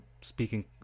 speaking